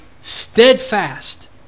steadfast